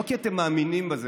לא כי אתם מאמינים בזה,